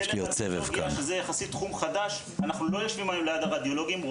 אנחנו לא יושבים היום ליד הרדיולוגים.